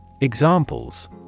Examples